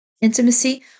intimacy